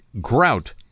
grout